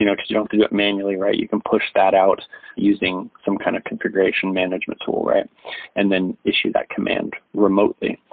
you know because you don't do that manually, right? you can push that out using some kind of configuration management tool and then issue that command remotely.